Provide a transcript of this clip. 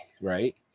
Right